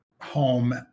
home